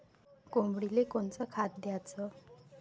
कोंबडीले कोनच खाद्य द्याच?